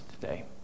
today